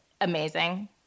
amazing